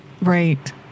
Right